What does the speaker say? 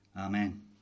Amen